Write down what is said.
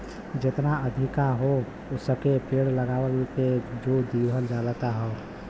जेतना अधिका हो सके पेड़ लगावला पे जोर दिहल जात हौ